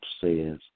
says